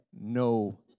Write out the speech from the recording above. no